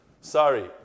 Sorry